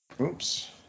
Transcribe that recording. Oops